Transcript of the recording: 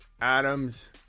Adams